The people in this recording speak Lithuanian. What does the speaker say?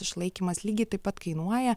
išlaikymas lygiai taip pat kainuoja